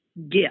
gift